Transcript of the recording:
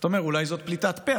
אז אתה אומר: אולי זאת פליטת פה.